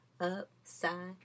upside